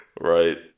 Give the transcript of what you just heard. Right